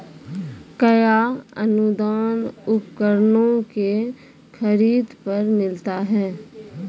कया अनुदान उपकरणों के खरीद पर मिलता है?